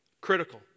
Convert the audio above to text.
critical